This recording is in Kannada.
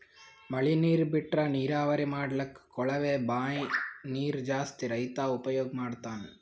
ಮಳಿ ನೀರ್ ಬಿಟ್ರಾ ನೀರಾವರಿ ಮಾಡ್ಲಕ್ಕ್ ಕೊಳವೆ ಬಾಂಯ್ ನೀರ್ ಜಾಸ್ತಿ ರೈತಾ ಉಪಯೋಗ್ ಮಾಡ್ತಾನಾ